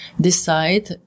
decide